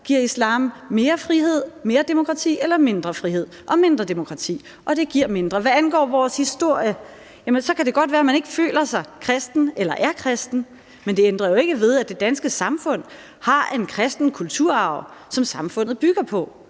Giver islam mere frihed og mere demokrati eller mindre frihed og mindre demokrati? Det giver mindre. Hvad angår vores historie, kan det godt være, at man ikke føler sig kristen eller er kristen, men det ændrer jo ikke ved, at det danske samfund har en kristen kulturarv, som samfundet bygger på.